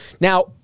Now